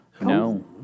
No